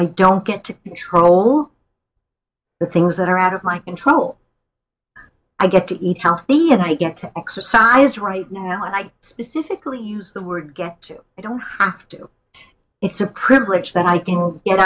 i don't get to control the things that are out of my control i get to eat healthy and i get exercise right now i specifically use the word get i don't have to it's a cribbage that i can get